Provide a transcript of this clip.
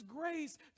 grace